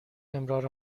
امرار